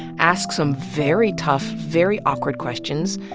ask some very tough, very awkward questions,